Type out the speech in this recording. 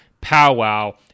powwow